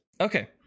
Okay